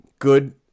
good